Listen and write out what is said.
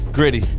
Gritty